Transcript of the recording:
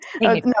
No